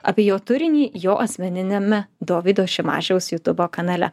apie jo turinį jo asmeniniame dovydo šimašiaus jutubo kanale